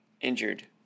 injured